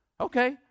Okay